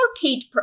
Kate